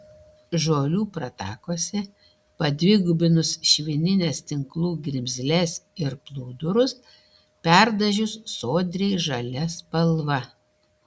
žolių pratakose padvigubinus švinines tinklų grimzles ir plūdurus perdažius sodriai žalia spalva